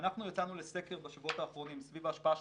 כשאנחנו יצאנו לסקר בשבועות האחרונים סביב ההשפעה של